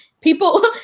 people